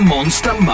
Monster